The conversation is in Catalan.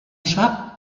sap